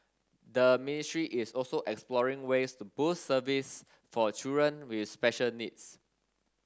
the ministry is also exploring ways to boost service for a children with special needs